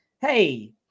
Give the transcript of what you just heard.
hey